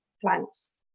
plants